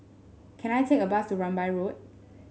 can I take a bus to Rambai Road